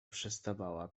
przestawała